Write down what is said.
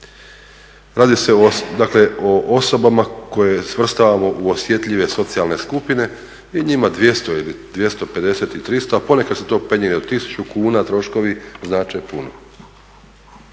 dakle o osobama koje svrstavamo u osjetljive socijalne skupine i njima 200 ili 250 i 300, a ponekad se to penje i do 1000 kuna troškovi znače puno.